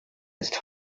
ist